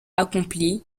accompli